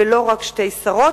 ולא רק שתי שרות.